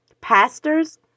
pastors